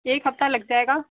एक हफ्ता लग जाएगा